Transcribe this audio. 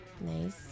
Nice